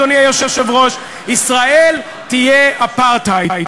אדוני היושב-ראש: ישראל תהיה אפרטהייד,